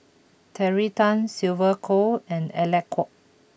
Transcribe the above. Terry Tan Sylvia Kho and Alec Kuok